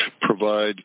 provide